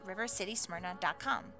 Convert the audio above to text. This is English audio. rivercitysmyrna.com